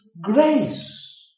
grace